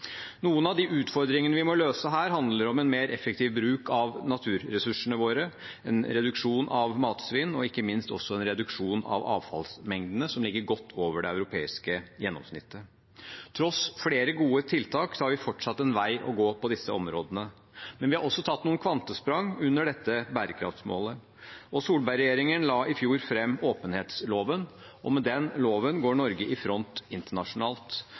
Noen av de utfordringene vi må løse her, handler om en mer effektiv bruk av naturressursene våre, en reduksjon av matsvinn og ikke minst også en reduksjon av avfallsmengdene, som ligger godt over det europeiske gjennomsnittet. Tross flere gode tiltak har vi fortsatt en vei å gå på disse områdene, men vi har også tatt noen kvantesprang under dette bærekraftsmålet. Solberg-regjeringen la i fjor fram åpenhetsloven, og med den loven går Norge i front internasjonalt.